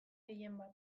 gehienbat